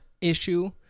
issue